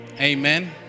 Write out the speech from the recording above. Amen